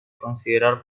considerar